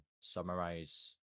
summarize